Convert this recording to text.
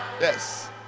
Yes